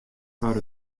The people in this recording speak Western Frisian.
foar